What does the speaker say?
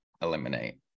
eliminate